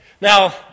Now